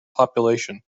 population